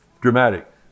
Dramatic